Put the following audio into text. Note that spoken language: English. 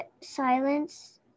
silence